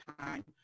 time